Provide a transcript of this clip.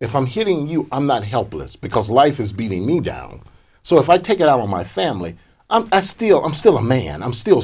if i'm hitting you i'm not helpless because life is beating me down so if i take it out on my family i'm still i'm still a man i'm still